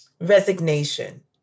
resignation